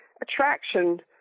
attraction